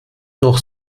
noch